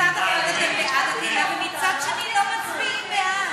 בעד הקהילה אבל מצד שני לא מצביעים בעד?